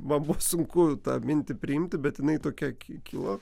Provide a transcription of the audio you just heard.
man buvo sunku tą mintį priimti bet jinai tokia ki kilo